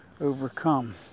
overcome